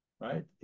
right